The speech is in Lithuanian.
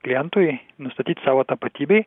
klientui nustatyt savo tapatybei